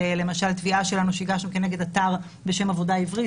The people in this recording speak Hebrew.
למשל תביעה שלנו שהגשנו נגד אתר בשם "עבודה עברית",